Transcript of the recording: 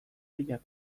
pellak